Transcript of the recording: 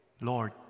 Lord